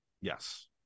Yes